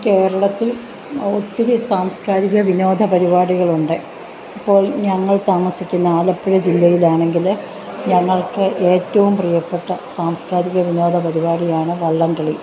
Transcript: കേരളത്തിൽ ഒത്തിരി സാംസ്കാരിക വിനോദ പരിപാടികളുണ്ട് ഇപ്പോൾ ഞങ്ങൾ താമസിക്കുന്ന ആലപ്പുഴ ജില്ലയിലാണെങ്കിൽ ഞങ്ങൾക്ക് ഏറ്റവും പ്രിയപ്പെട്ട സാംസ്കാരിക വിനോദ പരിപാടിയാണ് വള്ളം കളി